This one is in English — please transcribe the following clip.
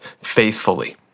faithfully